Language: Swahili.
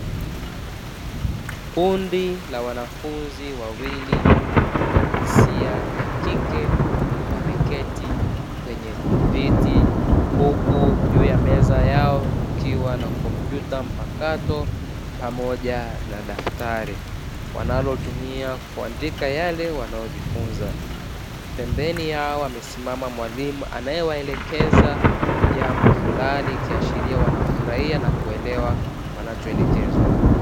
Kundi la wanafunzi wawili wa jinsia ya kike wameketi kwenye viti, huku juu ya meza yao kukiwa na kompyuta mpakato, pamoja na daftari; wanalotumia kuandika yale wanayojifunza. Pembeni yao amesimama mwalimu anayewaelekeza jambo fulani ikiashiria wanafurahia na kuelewa wanachoelekezwa.